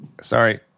Sorry